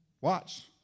Watch